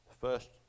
first